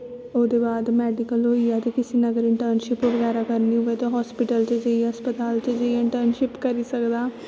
ओह्दे बाद मैडिकल होईया ते अगर किसी ने इंट्रनशिप करनी होऐ ते होस्पिटल च जाईया हस्पताल च जाईयै इंटर्नशिप करी सकदा